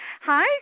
Hi